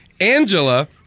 Angela